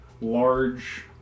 large